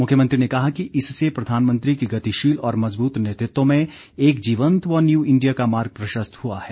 मुख्यमंत्री ने कहा कि इससे प्रधानमंत्री को गतिशील और मजबूत नेतृत्व में एक जीवंत व न्यू इंडिया का मार्ग प्रशस्त हुआ है